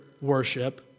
worship